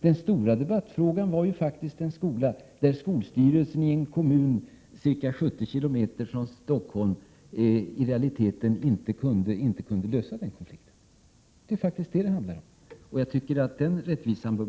Den stora debattfrågan var faktiskt en konflikt i en skola som skolstyrelsen i en kommun ca 70 km från Stockholm i realiteten inte kunde lösa. Det är vad det handlar om! Vidare noterar jag att här har talats om likformighet i den svenska skolan = Prot.